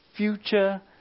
future